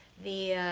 the ah,